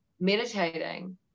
meditating